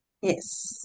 Yes